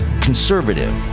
conservative